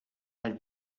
had